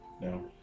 No